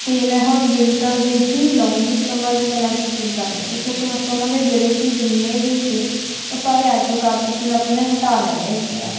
ਅਤੇ ਮੈਂ ਹੁਣ ਵਿੰਟਰ ਦੇ ਹੀ ਲਉਂਗੀ ਸਮਰ ਦੇ ਮੈਂ ਲੈ ਕੇ ਕੀ ਕਰਨੇ ਇਸ ਕਰਕੇ ਮੈਂ ਸਮਰ ਦੇ ਜਿਹੜੇ ਸੀ ਜਿੰਨੇ ਵੀ ਸੀ ਉਹ ਸਾਰੇ ਐਡ ਟੂ ਕਾਰਟ ਤੋਂ ਕੀ ਮੈਂ ਆਪਣੇ ਹਟਾ ਲੈਣੇ ਹੈਗੇ ਆ